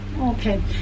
Okay